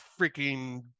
freaking